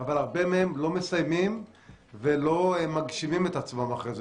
אבל הרבה מהם לא מסיימים ולא מגשימים את עצמם אחרי זה,